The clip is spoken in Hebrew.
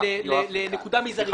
לנקודה מזערית.